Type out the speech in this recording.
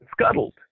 scuttled